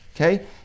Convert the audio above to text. Okay